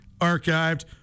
archived